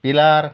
पिलार